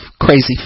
crazy